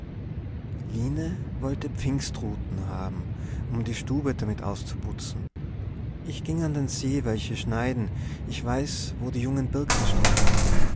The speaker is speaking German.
wollte pfingstruten haben um die stube damit auszuputzen ich ging an den see welche schneiden ich weiß wo die jungen birken stehn